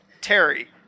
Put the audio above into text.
Terry